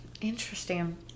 Interesting